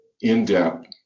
in-depth